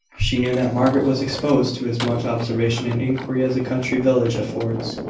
she knew that margaret was exposed to as much observation and inquiry as a country village affords,